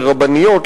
לרבניות,